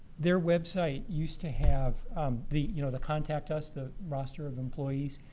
their website used to have the you know the contact us, the roster of employees.